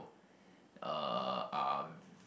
uh are